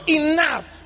enough